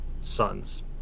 sons